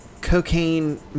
cocaine